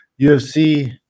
UFC